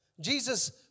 Jesus